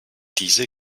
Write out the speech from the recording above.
diese